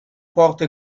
porta